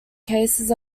cases